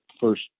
first